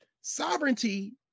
Sovereignty